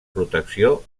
protecció